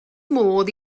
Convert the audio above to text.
modd